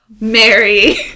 Mary